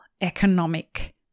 economic